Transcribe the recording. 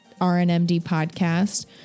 rnmdpodcast